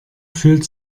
fühlt